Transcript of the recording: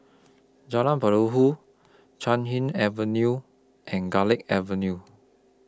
Jalan Perahu Chan Hing Avenue and Garlick Avenue